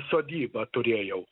sodybą turėjau